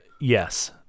yes